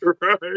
Right